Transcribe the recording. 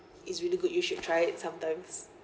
it's really good you should try it sometimes